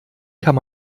kann